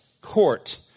court